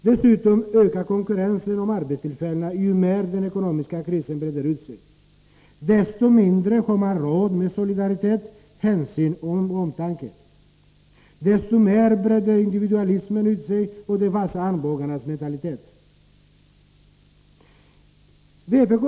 Dessutom ökar konkurrensen om arbetstillfällena ju mer den ekonomiska krisen breder ut sig. Desto mindre har man då råd med solidaritet, hänsyn och omtanke. Desto mer breder individualismen och de vassa armbågarnas mentalitet ut sig.